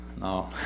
no